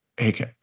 okay